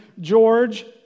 George